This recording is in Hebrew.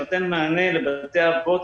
שנותן מענה לבתי האבות,